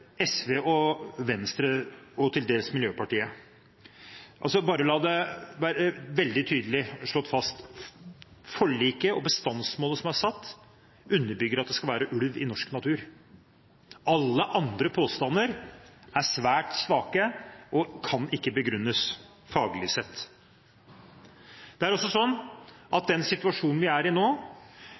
SV, Venstre og til dels Miljøpartiet De Grønne. Bare la det være veldig tydelig slått fast: Forliket og bestandsmålet som er satt, underbygger at det skal være ulv i norsk natur. Alle andre påstander er svært svake og kan ikke begrunnes faglig sett. Det er også sånn at i den situasjonen vi er i nå,